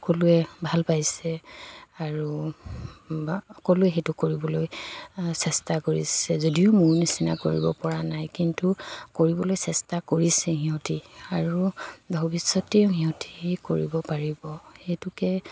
সকলোৱে ভাল পাইছে আৰু সকলোৱে সেইটো কৰিবলৈ চেষ্টা কৰিছে যদিও মোৰ নিচিনা কৰিবপৰা নাই কিন্তু কৰিবলৈ চেষ্টা কৰিছে সিহঁতি আৰু ভৱিষ্যতেও সিহঁতি সেই কৰিব পাৰিব সেইটোকে